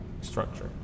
structure